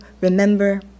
remember